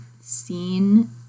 seen